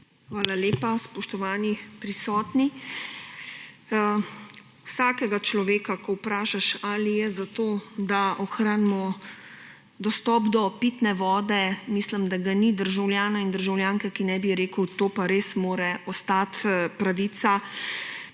Hvala lepa. Spoštovani prisotni! Vsak človek, ko ga vprašaš, ali je za to, da ohranimo dostop do pitne vode ‒ mislim, da ga ni državljana in državljanke, ki ne bi rekel, da to pa res mora ostati pravica.